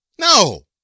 No